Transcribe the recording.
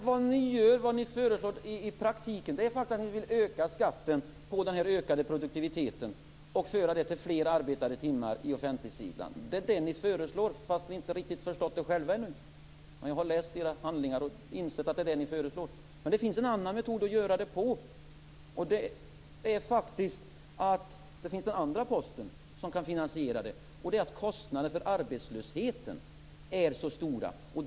Herr talman! Vad ni föreslår är i praktiken att ni vill öka skatten på den ökade produktiviteten och föra det till fler arbetade timmar på offentligsidan. Det är vad ni föreslår, fastän ni inte riktigt har förstått det själva ännu. Men jag har läst era handlingar och insett att det är vad ni föreslår. Det finns en annan metod att göra det på. Det finns den andra posten som kan finansiera det. Det är att kostnaderna för arbetslösheten är så stora.